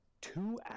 Two